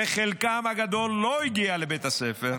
וחלקם הגדול לא הגיע לבית הספר.